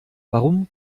warum